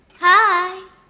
Hi